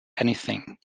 anything